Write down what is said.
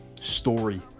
story